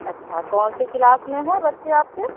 अच्छा कौन सी क्लास में हैं बच्चे आपके